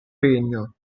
regno